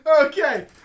Okay